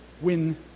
win